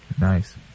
Nice